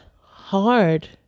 hard